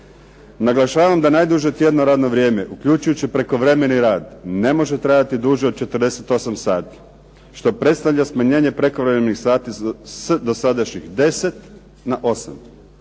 Naglašavam da najduže tjedno radno vrijeme, uključujući prekovremeni rad ne može trajati duže od 48 sati, što predstavlja smanjenje prekovremenih sati s dosadašnjih 10 na 8,